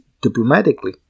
diplomatically